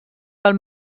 pel